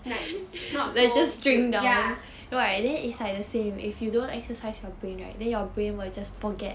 like not so ya